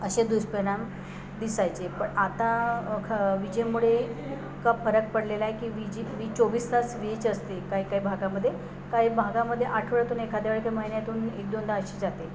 असे दुष्परिणाम दिसायचे पण आता ख विजेमुळे का फरक पडलेला आहे की वीज वी चोवीस तास वीज असते काय काय भागामध्ये काही भागामध्ये आठवड्यातून एखाद्या वेळी क महिन्यातून एक दोनदा अशी जाते